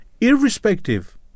irrespective